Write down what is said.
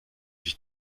sich